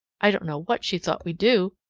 i don't know what she thought we'd do!